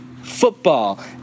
football